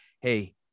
Hey